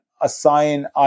assign